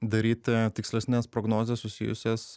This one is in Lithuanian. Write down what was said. daryti tikslesnes prognozes susijusias